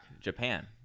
Japan